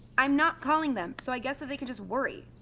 i'm not calling them, so i guess that they can just worry.